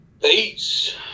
peace